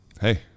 hey